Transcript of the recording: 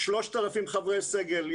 3,000 חברי סגל,